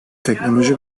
teknoloji